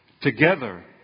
together